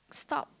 stop